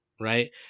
right